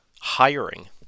hiring